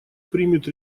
примет